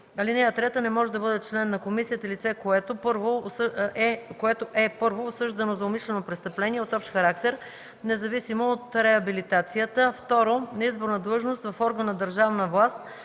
1. (3) Не може да бъде член на комисията лице, което е: 1. осъждано за умишлено престъпление от общ характер, независимо от реабилитацията; 2. на изборна длъжност в орган на държавна власт